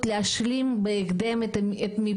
אנחנו נשמח לשמוע התייחסות לכל מה ששמעת ועל המצוקה של